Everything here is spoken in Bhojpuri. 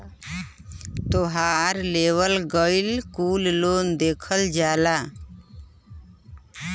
तोहार लेवल गएल कुल लोन देखा जाला